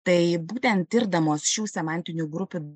taip būtent tirdamos šių semantinių grupių